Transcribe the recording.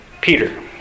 Peter